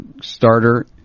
starter